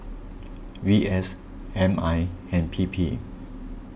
V S M I and P P